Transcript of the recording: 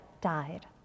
died